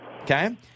Okay